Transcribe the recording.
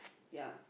ya